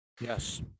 yes